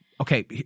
Okay